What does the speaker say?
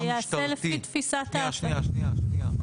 שנייה, שנייה.